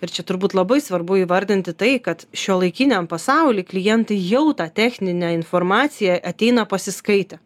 ir čia turbūt labai svarbu įvardinti tai kad šiuolaikiniam pasauly klientai jau tą techninę informaciją ateina pasiskaitę